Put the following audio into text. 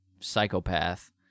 psychopath